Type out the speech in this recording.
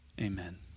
amen